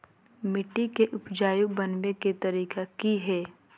मिट्टी के उपजाऊ बनबे के तरिका की हेय?